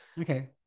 Okay